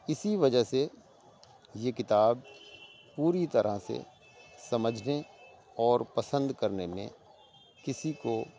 اسی وجہ سے یہ کتاب پوری طرح سے سمجھنے اور پسند کرنے میں کسی کو